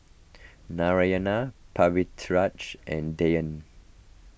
Narayana Pritiviraj and Dhyan